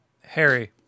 Harry